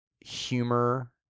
humor